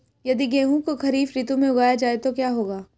यदि गेहूँ को खरीफ ऋतु में उगाया जाए तो क्या होगा?